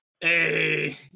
Hey